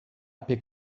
pek